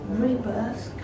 Rebirth